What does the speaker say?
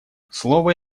слово